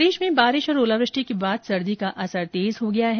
प्रदेश में बारिश और ओलावृष्टि के बाद सर्दी का असर तेज हो गया है